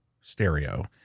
stereo